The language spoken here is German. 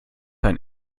ein